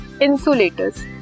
insulators